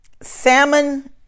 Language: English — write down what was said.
salmon